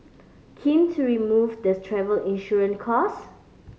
keen to remove the's travel insurance cost